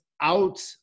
out